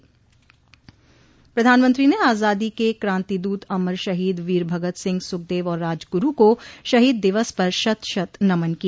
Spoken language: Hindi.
प्रधानमंत्री ने आजादी के क्रांति दूत अमर शहीद वीर भगत सिंह सुखदेव और राजगुरु को शहीद दिवस पर शत शत नमन किया